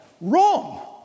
Wrong